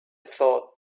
though